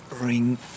ring